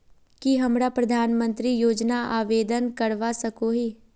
की हमरा प्रधानमंत्री योजना आवेदन करवा सकोही?